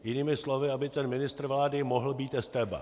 Jinými slovy, aby ten ministr vlády mohl být estébák.